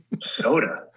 soda